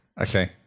Okay